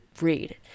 read